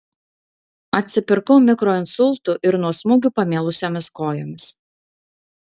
atsipirkau mikroinsultu ir nuo smūgių pamėlusiomis kojomis